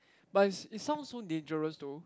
but is is sounds so dangerous though